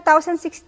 2016